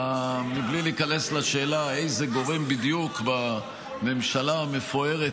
בלי להיכנס לשאלה איזה גורם בדיוק בממשלה המפוארת